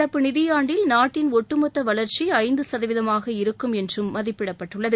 நடப்பு நிதியாண்டில் நாட்டின் ஒட்டுமொத்த வளர்ச்சி ஐந்து சதவீதமாக இருக்கும் என்றும் மதிப்பிடப்பட்டுள்ளது